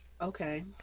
Okay